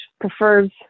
prefers